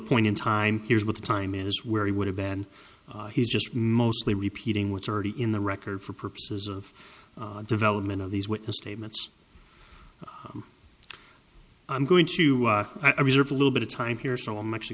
point in time here's what the time is where he would have been he's just mostly repeating what's already in the record for purposes of development of these witness statements i'm going to reserve a little bit of time here so i'm actually